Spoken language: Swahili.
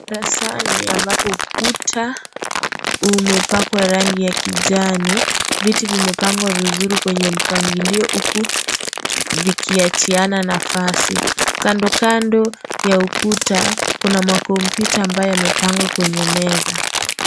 Darasani ambako ukuta umepakwa rangi ya kijani. Viti vimepangwa vizuri kwenye mpangilio huku vikiachiana nafasi. Kando kando ya ukuta kuna makompyuta ambayo yamepangwa kwenye meza.